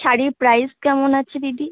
শাড়ির প্রাইস কেমন আছে দিদি